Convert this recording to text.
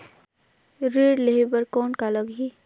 ऋण लेहे बर कौन का लगही?